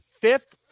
fifth